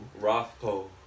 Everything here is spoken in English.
Rothko